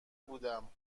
بودم